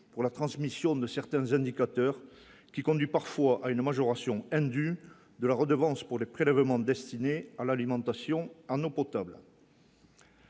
pour la transmission de certains indicateurs qui conduit parfois à une majoration indue de la redevance pour les prélèvements destinés à l'alimentation en eau potable.